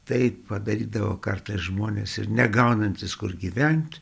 taip padarydavo kartais žmonės ir negaunantys kur gyvent